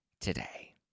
today